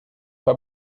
pas